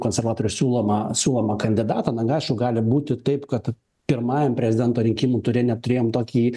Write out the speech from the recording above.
konservatorių siūlomą siūlomą kandidatą na aišku gali būti taip kad pirmajam prezidento rinkimų ture net turėjom tokį